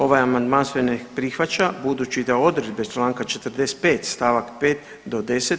Ovaj amandman se ne prihvaća, budući da odredbe članka 45. stavak 5. do 10.